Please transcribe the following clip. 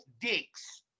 dicks